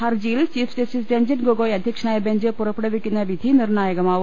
ഹർജിയിൽ chief justice Ranjan Gogoi അധ്യക്ഷ നായ ബെഞ്ച് പുറപ്പെടുവിക്കുന്ന വിധി നിർണായകമാവും